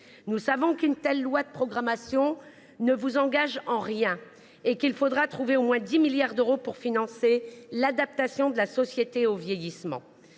Nous savons qu’une telle loi de programmation ne vous engage en rien et qu’il vous faudra trouver au moins 10 milliards d’euros pour financer l’adaptation de la société au vieillissement.